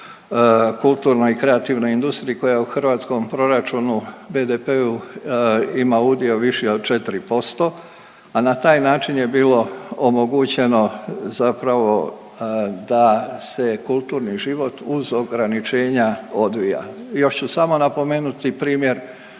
kulturnom i kreativnoj industriji koja u hrvatskom proračunu, BDP-u ima udio viši od 4%, a na taj način je bilo omogućeno zapravo da se kulturni život uz ograničenja odvija. Još ću samo napomenuti primjer